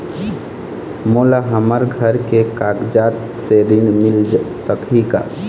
मोला हमर घर के कागजात से ऋण मिल सकही का?